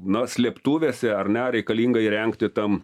na slėptuvėse ar ne reikalinga įrengti tam